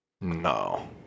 No